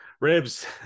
ribs